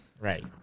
Right